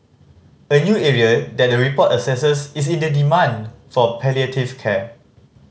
a new area that the report assesses is in the demand for palliative care